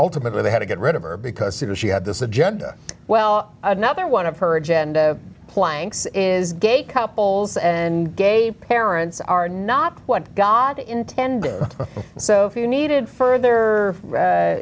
ultimately they had to get rid of her because she had this agenda well another one of her agenda planks is gay couples and gay parents are not what god intended so if you needed further